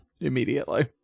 immediately